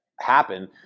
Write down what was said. happen